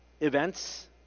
events